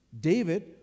David